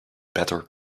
better